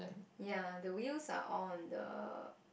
ya the wheels are all on the